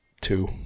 two